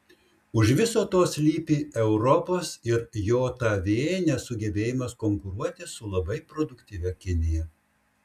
už viso to slypi europos ir jav nesugebėjimas konkuruoti su labai produktyvia kinija